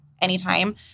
anytime